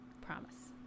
promise